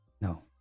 No